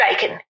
bacon